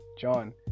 John